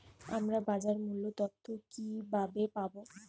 আমরা বাজার মূল্য তথ্য কিবাবে পাবো?